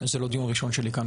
זה לא דיון ראשון שלי כאן,